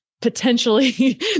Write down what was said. potentially